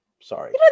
sorry